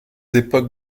époques